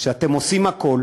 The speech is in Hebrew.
שאתם עושים הכול